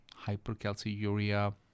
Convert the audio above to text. hypercalciuria